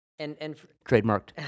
Trademarked